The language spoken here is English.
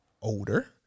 older